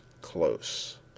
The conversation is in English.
close